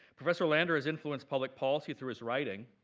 professor lander has influenced public policy through his writing,